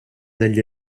degli